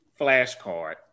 flashcard